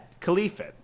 Caliphate